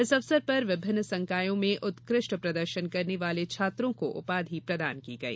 इस अवसर पर विभिन्न संकायों में उत्कृष्ट प्रदर्शन करने वाले छात्रों को उपाधि प्रदान की गई